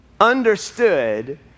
understood